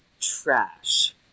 trash